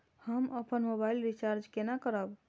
हम अपन mobile recharge केना करब?